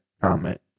comment